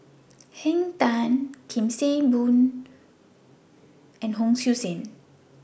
Henn Tan SIM Kee Boon and Hon Sui Sen